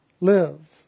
Live